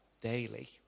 daily